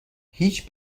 هیچ